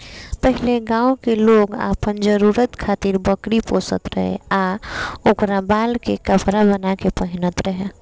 पहिले गांव के लोग आपन जरुरत खातिर बकरी पोसत रहे आ ओकरा बाल से कपड़ा बाना के पहिनत रहे